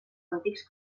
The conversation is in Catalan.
antics